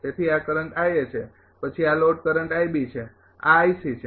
તેથી આ કરંટ છે પછી આ લોડ કરંટ છે આ છે